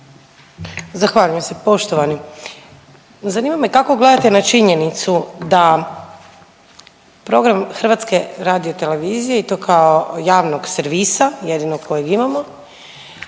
Zahvaljujem se. Poštovani, zanima me kako gledate na činjenicu da program HRT-a i to kao javnog servisa jedinog kojeg imamo